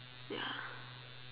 ya